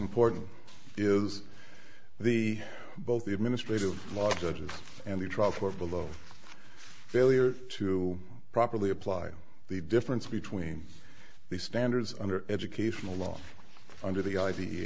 important is the both the administrative law judges and the trial court below failure to properly apply the difference between the standards under educational law under the i